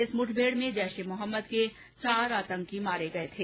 इस मुठभेड में जैश ए मोहम्मद के चार आतंकी मारे गये थे